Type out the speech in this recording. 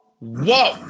whoa